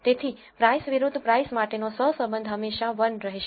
તેથી price વિરુદ્ધ price માટેનો સહસંબંધ હંમેશા 1 રહેશે